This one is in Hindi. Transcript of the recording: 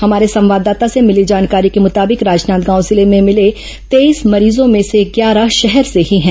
हमारे संवाददाता से भिली जानकारी के मुताबिक राजनांदगांव जिले में मिले तेईस मरीजों में से ग्यारह शहर से ही है